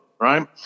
right